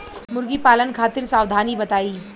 मुर्गी पालन खातिर सावधानी बताई?